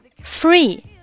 Free